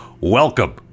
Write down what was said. welcome